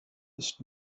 ist